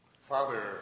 Father